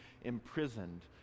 imprisoned